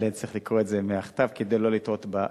אבל אני אצטרך לקרוא את זה מהכתב כדי שלא לטעות בנתונים.